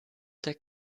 der